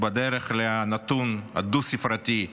בדרך לנתון הדו-ספרתי,